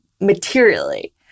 materially